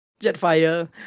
Jetfire